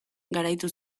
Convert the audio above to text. garaitu